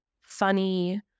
funny